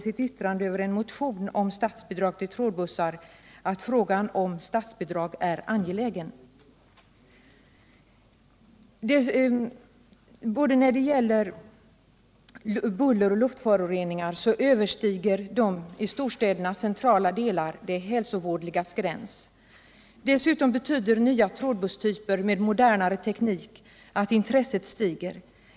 Jag tänker då på en ökad medvetenhet hos allmänheten om vådorna av både bulleroch luftföroreningar. Både buller och luftföroreningar överskrider i storstädernas centrala delar det hälsovådligas gräns. Dessutom betyder nya trådbusstyper med modernare teknik att intresset stiger.